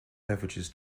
beverages